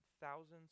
thousands